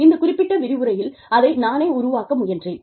இந்த குறிப்பிட்ட விரிவுரையில் அதை நானே உருவாக்க முயன்றேன்